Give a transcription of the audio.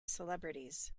celebrities